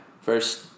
first